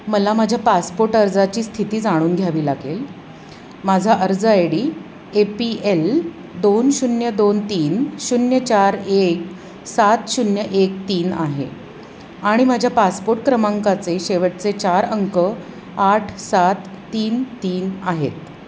मला माझ्या पासपोट अर्जाची स्थिती जाणून घ्यावी लागेल माझा अर्ज I D A P L दोन शून्य दोन तीन शून्य चार एक सात शून्य एक तीन आहे आणि माझ्या पासपोट क्रमांकाचे शेवटचे चार अंक आठ सात तीन तीन आहेत